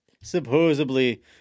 supposedly